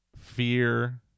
Fear